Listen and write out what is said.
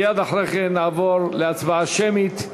מייד אחרי כן נעבור להצבעה שמית,